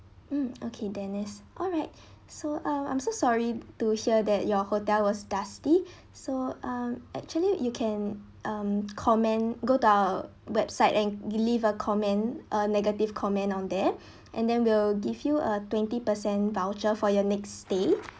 mm okay dennis alright so um I'm so sorry to hear that your hotel was dusty so um actually you can um comment go to our website and leave a comment uh negative comment on there and then we'll give you a twenty percent voucher for your next stay